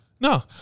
No